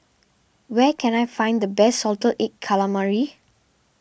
where can I find the best Salted Egg Calamari